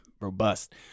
robust